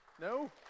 No